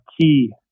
key